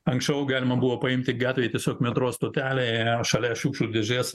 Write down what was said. anksčiau galima buvo paimti gatvėj tiesiog metro stotelėje šalia šiukšlių dėžės